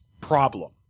problem